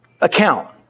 account